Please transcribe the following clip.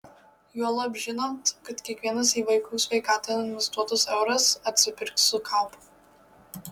juolab žinant kad kiekvienas į vaikų sveikatą investuotas euras atsipirks su kaupu